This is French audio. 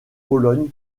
pologne